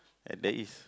and there is